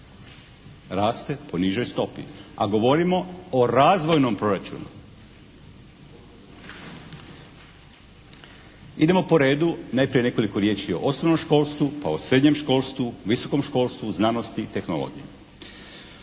Raste po nižoj stopi, a govorimo o razvojnom proračunu. Idemo po redu, najprije nekoliko riječi o osnovnom školstvu, pa o srednjem školstvu, visokom školstvu, znanosti i tehnologiji.